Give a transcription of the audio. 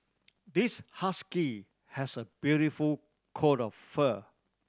this husky has a beautiful coat of fur